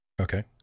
okay